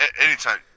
Anytime